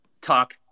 talk